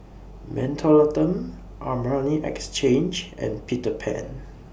Mentholatum Armani Exchange and Peter Pan